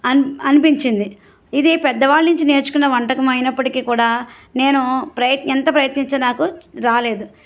అని అనిపించింది ఇది పెద్దవాళ్ళ నుంచి నేర్చుకున్న వంటకం అయినప్పటికీ కూడా నేను ప్రయ ఎంత ప్రయత్నించినా నాకు రాలేదు